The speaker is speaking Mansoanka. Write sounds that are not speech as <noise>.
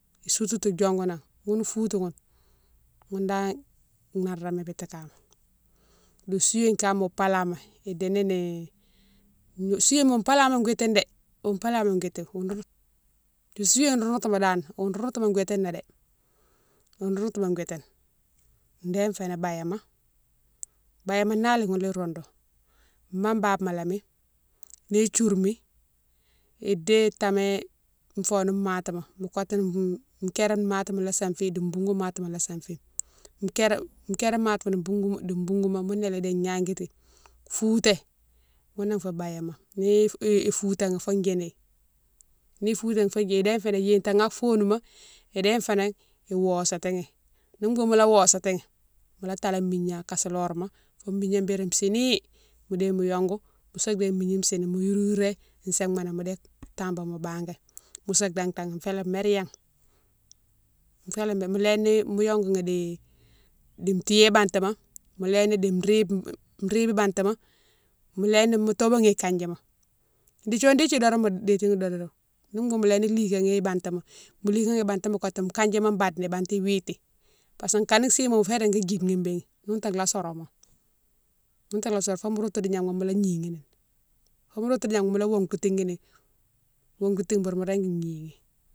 Sourtoutou diongounan ghoune foutou ghoune, ghoune dane narami biti kama, di souwé ka wo palama idéni ni, souwéma wo palama witine dé, wo palama witine, wo roundouou, di souwé roundoutouma dane, wo roundoutouma witine né dé, wo roundoutouma witine. Déne fénan bayéma, bayéma nalé ghounou roundou, mamba malaghi ni thiourmi idéye tamé foni matima mo kotouni kéréne matima la sanfi di bougoune matima la sanfi, kéré, kéré matima di bougouma di bougouma ghounné ila déye gnakiti fouté ghounné fé bayéma, ni <hesitation> foutaghi fo djini, ni foutaghi fo djini idé fénan yétane a fonima, idé fénan iwosatighi, ni boughoune mola wosatighi mola talane migna an kasiloréma fo migna biri sini mo déye mo yongou mosa déye migni sini mo youre youré sima nan mo déye tampouma mo banké mosa dantane félé mériane félé bé mo léni mo yongouni di tiyé bantima mo léni di ripe, ripe bantima mo léni mo toboni kandjima dékdi yo dékdi doron mo détini doron ni boughoune mo léni ligéghi bantima mo ligéghi bantima mo kotouni kandjima bade ni, ibanti witi parce que ikani sima mo fé régui djikni béne, wouté la soramo, wouté la soramo fo mo rotou di gnama mola gnini ni, fo mo rotou di gnama mola wongoutini ni, wongoutine bourou mo régui gnighi.